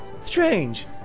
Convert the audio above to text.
Strange